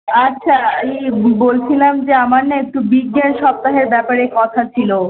আচ্ছা এই ব বলছিলাম যে আমার না একটু বিজ্ঞান সপ্তাহের ব্যাপারে কথা ছিলো